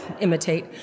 imitate